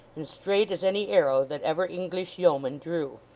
and straight as any arrow that ever english yeoman drew.